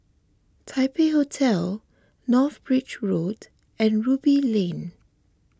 Taipei Hotel North Bridge Road and Ruby Lane